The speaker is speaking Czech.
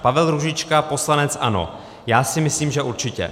Pavel Růžička, poslanec ANO: Já si myslím, že určitě.